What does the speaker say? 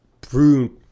prune